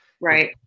Right